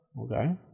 Okay